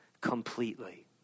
completely